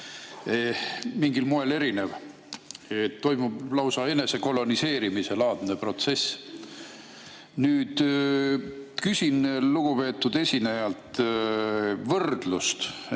mingil moel erinev. Toimub lausa enese koloniseerimise laadne protsess. Küsin lugupeetud esinejalt võrdlust: